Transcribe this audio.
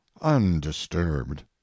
undisturbed